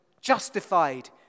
Justified